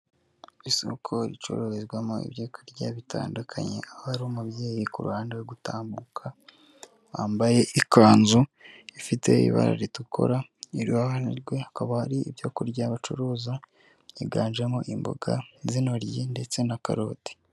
Isoko ricururizwamo ibyo kurya bitandukanye aho hari umubyeyi ku ruhande uri gutambuka wambaye ikanzu ifite ibara ritukura iruhande rwe hakaba hari ibyo kurya bacuruza byiganjemo imboga z'intoryi ndetse na karoti.